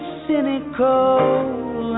cynical